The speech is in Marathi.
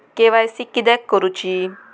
के.वाय.सी किदयाक करूची?